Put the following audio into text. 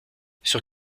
sur